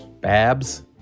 Babs